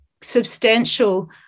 substantial